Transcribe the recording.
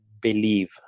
believe